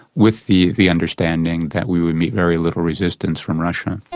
with the the understanding that we would meet very little resistance from russia.